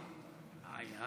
אדוני.